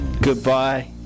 Goodbye